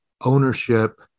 ownership